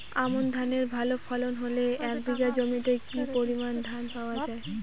আমন ধানের ভালো ফলন হলে এক বিঘা জমিতে কি পরিমান ধান পাওয়া যায়?